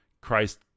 Christ